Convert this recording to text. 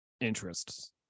interests